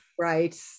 right